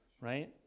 right